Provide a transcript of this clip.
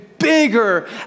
bigger